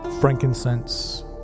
frankincense